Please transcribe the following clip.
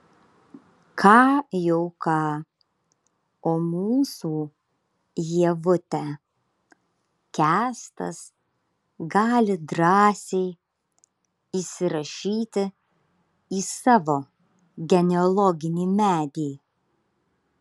ką jau ką o mūsų ievutę kęstas gali drąsiai įsirašyti į savo genealoginį medį